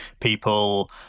people